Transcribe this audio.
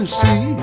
see